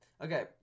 okay